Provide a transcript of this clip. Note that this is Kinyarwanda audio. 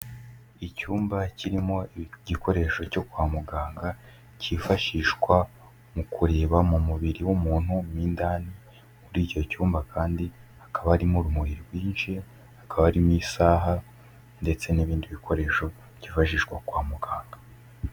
Icyumba kirimo igikoresho cyo kwa muganga, cyifashishwa mu kureba mu mubiri w'umuntu mo indani, muri icyo cyumba kandi hakaba harimo urumuri rwinshi, hakaba harimo isaha ndetse n'ibindi bikoresho byifashishwa kwa muganga.